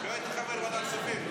אתה לא היית חבר ועדת הכספים.